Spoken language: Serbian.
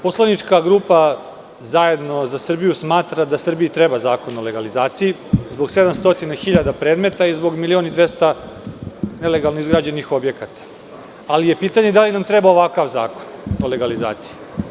Poslanička grupa Zajedno za Srbiju smatra da Srbiji treba Zakon o legalizaciji zbog 700.000 predmeta i zbog 1.200.000 nelegalno izgrađenih objekata, ali je pitanje da li nam treba ovakav zakon o legalizaciji.